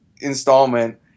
installment